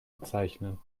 bezeichnen